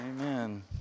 Amen